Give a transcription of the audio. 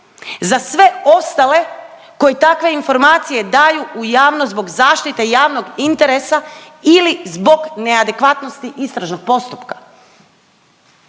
za sve ostale koji takve informacije daju u javnost zbog zaštite javnog interesa ili zbog neadekvatnosti istražnog postupka.